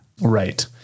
Right